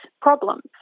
problems